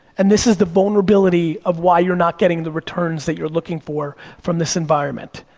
and this is the vulnerability of why you're not getting the returns that you're looking for from this environment.